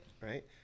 Right